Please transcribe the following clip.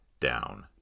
down